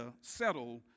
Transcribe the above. settle